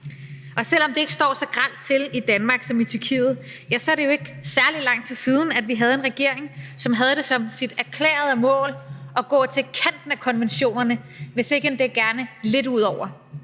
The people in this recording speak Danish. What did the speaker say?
Selv om det ikke står så grelt til Danmark som i Tyrkiet, er det ikke særlig lang tid siden, at vi havde en regering, som havde det som sit erklærede mål at gå til kanten af konventionerne, hvis ikke endda, gerne lidt ud over.